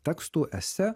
tekstų esė